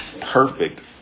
perfect